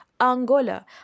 angola